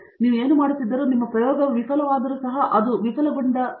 ಅವರು ಏನು ಮಾಡುತ್ತಿದ್ದರೂ ನಿಮ್ಮ ಪ್ರಯೋಗವು ವಿಫಲವಾದರೂ ಸಹ ಅವುಗಳು ವಿಫಲಗೊಳ್ಳುವ ಬಗ್ಗೆ ನಮೂದಿಸಬೇಕು